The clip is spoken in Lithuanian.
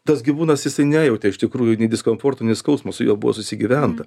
tas gyvūnas jisai nejautė iš tikrųjų nei diskomforto nei skausmo su juo buvo susigyventa